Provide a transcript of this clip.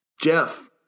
jeff